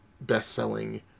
best-selling